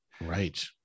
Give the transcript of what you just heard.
Right